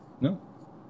No